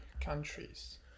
countries